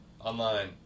Online